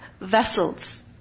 vessels